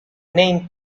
name